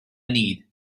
need